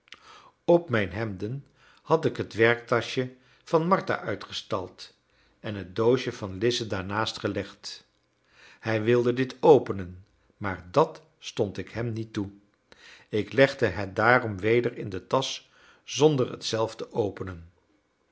op mijn hemden had ik het werktaschje van martha uitgestald en het doosje van lize daarnaast gelegd hij wilde dit openen maar dat stond ik hem niet toe ik legde het daarom weder in de tasch zonder het zelf te openen